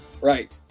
Right